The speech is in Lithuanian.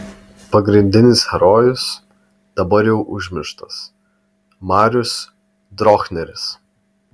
pagrindinis herojus dabar jau užmirštas marius drochneris